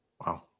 Wow